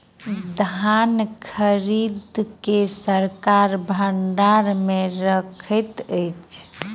धान खरीद के सरकार भण्डार मे रखैत अछि